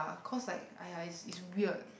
cause like !aiya! it's it's weird